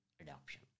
adoption